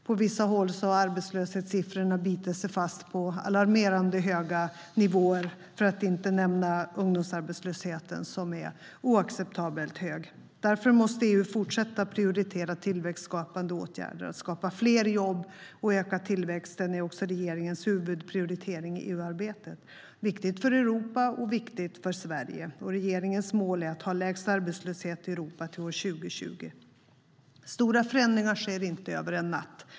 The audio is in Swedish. På vissa håll har arbetslöshetssiffrorna bitit sig fast på alarmerande höga nivåer, för att inte nämna ungdomsarbetslösheten, som är oacceptabelt hög. Därför måste EU fortsätta prioritera tillväxtskapande åtgärder. Att skapa fler jobb och öka tillväxten är också regeringens huvudprioritering i EU-arbetet. Det är viktigt för Europa, och det är viktigt för Sverige. Regeringens mål är att ha lägst arbetslöshet i Europa till 2020. Stora förändringar sker inte över en natt.